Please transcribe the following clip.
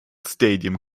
stadium